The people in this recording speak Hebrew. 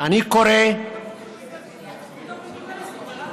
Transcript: אני קורא ליו"ר הכנסת להסכים להצבעה